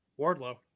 Wardlow